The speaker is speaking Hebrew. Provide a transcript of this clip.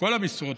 כל המשרות,